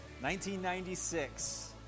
1996